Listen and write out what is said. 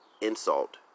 insult